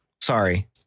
Sorry